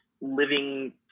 living